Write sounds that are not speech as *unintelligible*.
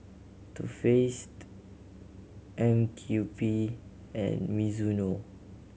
Too Faced M *unintelligible* U P and Mizuno